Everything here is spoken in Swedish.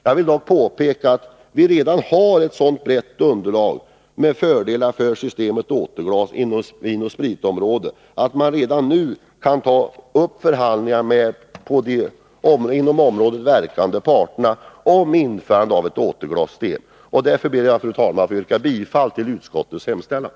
Jag vill dock påpeka att vi redan har ett så brett underlag beträffande fördelarna med systemet återglas inom vinoch spritområdet att man redan nu kan ta upp förhandlingar med de på området verkande parterna om införandet av ett återglassystem. Därför ber jag, fru talman, att få yrka bifall till jordbruksutskottets hemställan.